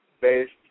based